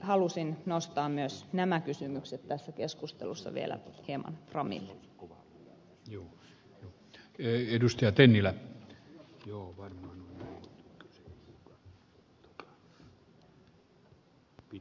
halusin nostaa myös nämä kysymykset tässä keskustelussa vielä hieman framille